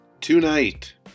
Tonight